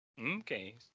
Okay